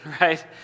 right